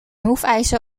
hoefijzer